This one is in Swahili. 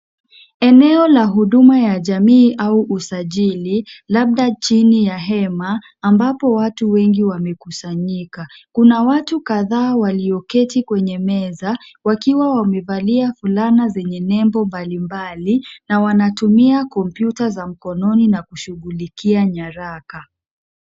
Eneo la huduma ya jamii au usajili, labda chini ya hema ambapo watu wengi wamekusanyika. Kuna watu kadhaa walioketi kwenye meza, wakiwa wamevalia fulana zenye nembo mbalimbali na wanatumia kompyuta za mkononi na kushughulikia nyaraka.